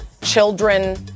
children